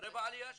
תראה בעליה שלו.